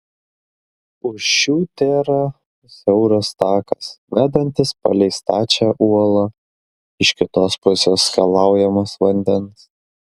už šių tėra siauras takas vedantis palei stačią uolą iš kitos pusės skalaujamas vandens